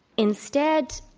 instead,